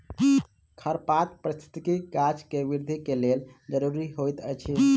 खरपात पारिस्थितिकी गाछ के वृद्धि के लेल ज़रूरी होइत अछि